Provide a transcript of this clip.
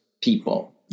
people